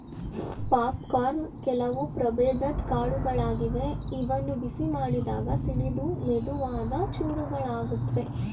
popcorn ಕೆಲವು ಪ್ರಭೇದದ್ ಕಾಳುಗಳಾಗಿವೆ ಇವನ್ನು ಬಿಸಿ ಮಾಡಿದಾಗ ಸಿಡಿದು ಮೆದುವಾದ ಚೂರುಗಳಾಗುತ್ವೆ